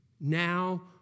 Now